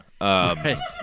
Right